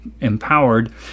empowered